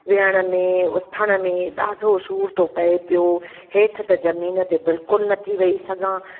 विहण में उथण में ॾाढो सूर थो पिए पियो हेठि त ज़मीन ते बिल्कुलु नथी वेई सघांं